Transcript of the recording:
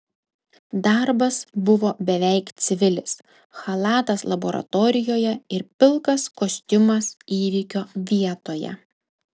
darbas buvo beveik civilis chalatas laboratorijoje ir pilkas kostiumas įvykio vietoje